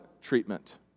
treatment